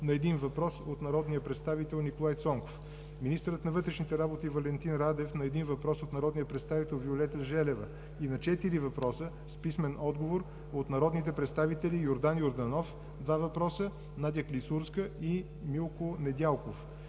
на един въпрос от народния представител Николай Цонков; - министърът на вътрешните работи Валентин Радев – на един въпрос от народния представител Виолета Желева и на четири въпроса с писмен отговор от народните представители Йордан Йорданов – два въпроса; Надя Клисурска; и Милко Недялков;